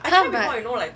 !huh! but